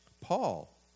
Paul